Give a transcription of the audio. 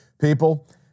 People